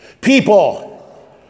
people